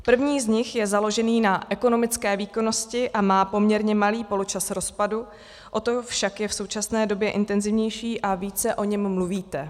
První z nich je založený na ekonomické výkonnosti a má poměrně malý poločas rozpadu, o to však je v současné době intenzivnější a více o něm mluvíte.